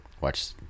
watch